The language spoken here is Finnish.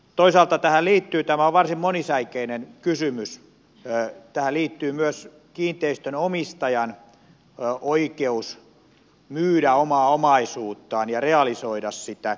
toisaalta tämä on varsin monisäikeinen kysymys ja tähän liittyy myös kiinteistönomistajan oikeus myydä omaa omaisuuttaan ja realisoida sitä